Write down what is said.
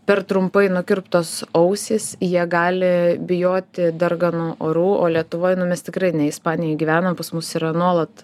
per trumpai nukirptos ausys jie gali bijoti darganų orų o lietuvoj nu mes tikrai ne ispanijoj gyvenan pas mus yra nuolat